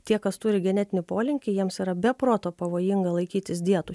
tie kas turi genetinį polinkį jiems yra be proto pavojinga laikytis dietų